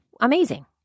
amazing